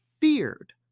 feared